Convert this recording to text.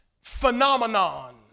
phenomenon